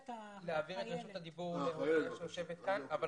אני רוצה להעביר את רשות הדיבור לחיילת שיושבת כאן אבל